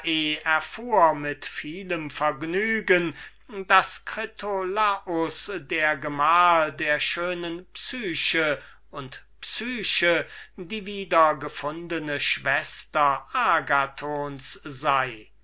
mit vielem vergnügen daß critolaus der gemahl der schönen psyche und psyche die wiedergefundene schwester agathons sei